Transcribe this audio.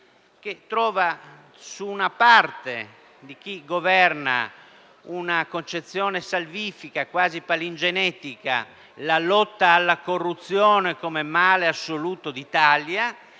che una parte di chi governa trova una concezione salvifica, quasi palingenetica: la lotta alla corruzione come male assoluto d'Italia,